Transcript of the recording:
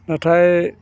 नाथाय